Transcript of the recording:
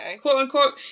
quote-unquote